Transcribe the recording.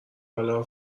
حالا